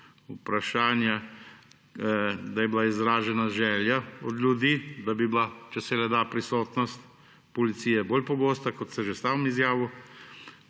vprašanje. Da je bila izražena želja ljudi, da bi bila, če se le da, prisotnost policije bolj pogosta, kot ste že sami izjavili.